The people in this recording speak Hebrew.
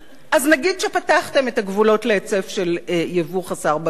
אז נגיד שפתחתם את הגבולות להיצף של יבוא חסר בקרה ואמרתם: